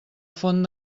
font